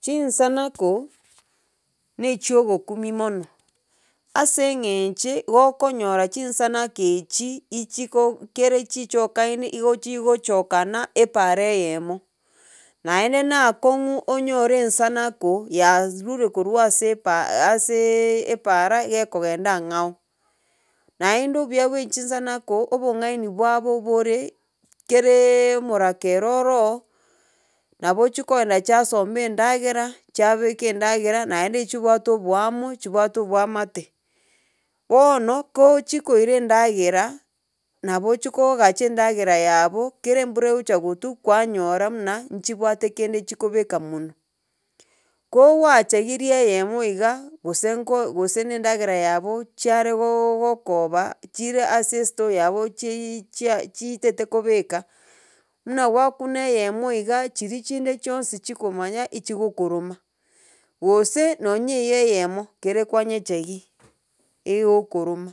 Chinsanako, na echigokumia mono ase eng'enche gokonyora chinsanake echi ichiko kere chichokaine igo chigochokana epaara eyemo. Naende na akong'u onyore ensenako yaz rure korwa ase epa aseee epara, gegokenda ang'ao. Naende obuya bwa chinsanako, obong'aini bwabo bore kereeee omorakera oroo nabo chikoenda chiasomba endagera chiabeka endagera naende chibwate oboamo chibwate oboamate. Bono, ko chikoira endagera, nabo chikoogacha endagera yabo kera embura egocha kotwa kwanyora muna nchibwate kende chikobeka monwe. Ko gwachegirie eyemo iga, gose nko gose na endagera yabo chiare gooo gokoba chire ase estore yabo cheii chia chitaete kobeka, muna gwakuna eyemo iga chiria chinde chionsi chikomanya echigokoroma, gose nonye eywo eyemo kere kwanyechegi egokoroma.